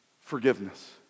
forgiveness